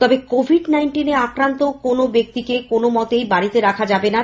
তবে কোভিড নাইন্টিনে আক্রান্ত কোন ব্যক্তিকে কোনমতেই বাড়িতে রাখা যাবেনা